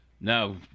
No